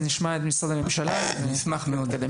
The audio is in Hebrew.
אני אשמח מאוד.